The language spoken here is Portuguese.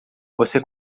você